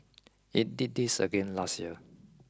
it did this again last year